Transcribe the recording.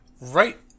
right